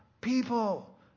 people